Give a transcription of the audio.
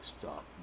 stop